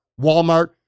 Walmart